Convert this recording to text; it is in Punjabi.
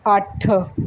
ਅੱਠ